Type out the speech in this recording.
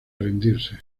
rendirse